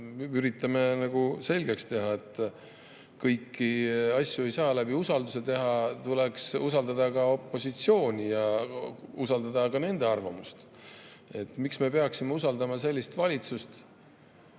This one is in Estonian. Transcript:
üritame selgeks teha, et kõiki asju ei saa usaldus[hääletusega] teha, tuleks usaldada ka opositsiooni ja usaldada ka nende arvamust. Miks me peaksime usaldama sellist valitsust,